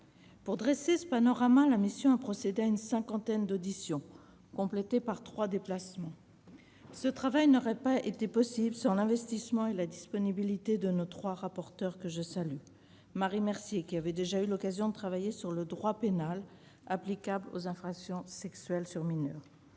Pour dresser ce panorama, la mission a procédé à une cinquantaine d'auditions, complétées par trois déplacements. Ce travail n'aurait pas été possible sans l'investissement et la disponibilité de nos trois rapporteures, que je salue : Marie Mercier, qui a déjà eu l'occasion de travailler sur le droit pénal applicable aux infractions sexuelles sur mineurs,